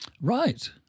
Right